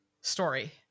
story